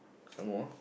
some more